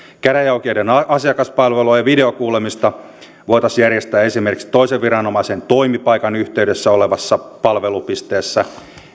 käräjäoikeuden asiakaspalvelua ja videokuulemista voitaisiin järjestää esimerkiksi toisen viranomaisen toimipaikan yhteydessä olevassa palvelupisteessä